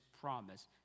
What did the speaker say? promise